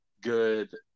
good